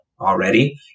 already